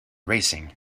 racing